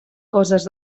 coses